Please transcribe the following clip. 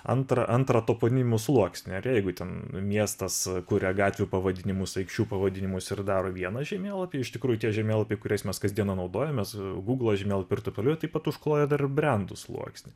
antrą antrą toponimų sluoksnio ar ne jeigu ten miestas kuria gatvių pavadinimus aikščių pavadinimus ir daro vieną žemėlapį iš tikrųjų tie žemėlapiai kuriais mes kasdieną naudojamės guglo žemėlapiai ir taip toliau jie taip pat užkloja dar ir brendų sluoksnį